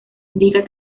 indica